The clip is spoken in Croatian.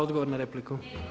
Odgovor na repliku.